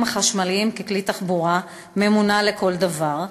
החשמליים ככלי תחבורה ממונע לכל דבר,